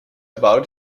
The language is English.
about